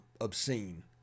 obscene